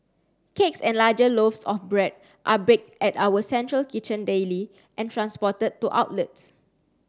cakes and larger loaves of bread are baked at our central kitchen daily and transported to outlets